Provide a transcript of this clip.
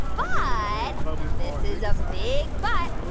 but and this is a big but.